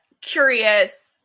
curious